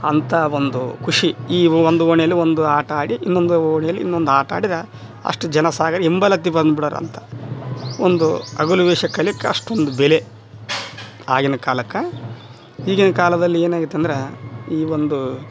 ಅಂಥಾ ಒಂದು ಖುಷಿ ಈ ಒಂದು ಓಣಿಯಲ್ಲಿ ಒಂದು ಆಟ ಆಡಿ ಇನ್ನೊಂದು ಓಣಿಯಲ್ಲಿ ಇನ್ನೊಂದು ಆಟಾಡಿದ ಅಷ್ಟು ಜನ ಸಾಗರ ಇಂಬಲತ್ತಿ ಬಂದ್ಬಿಡೋರಂತ ಒಂದು ಹಗಲು ವೇಷಕ್ಕಲಿಯಕ್ಕೆ ಅಷ್ಟೊಂದು ಬೆಲೆ ಆಗಿನ ಕಾಲಕ್ಕೆ ಈಗಿನ ಕಾಲದಲ್ಲಿ ಏನಾಗಿತ್ತಂದ್ರ ಈ ಒಂದು